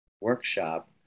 workshop